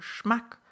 Schmack